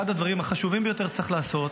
אחד הדברים החשובים ביותר שצריך לעשות